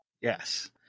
Yes